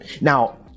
Now